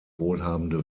wohlhabende